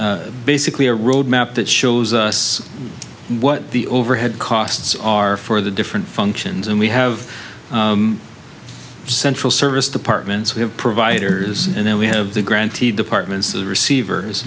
a basically a roadmap that shows us what the overhead costs are for the different functions and we have central service departments we have providers and then we have the grantee departments of receivers